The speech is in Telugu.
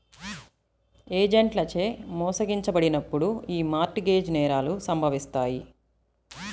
ఏజెంట్లచే మోసగించబడినప్పుడు యీ మార్ట్ గేజ్ నేరాలు సంభవిత్తాయి